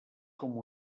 com